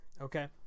okay